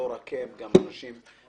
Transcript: לא רק הם אלא גם אנשים נוספים,